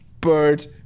bird